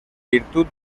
virtud